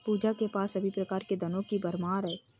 पूजा के पास सभी प्रकार के धनों की भरमार है